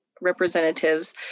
representatives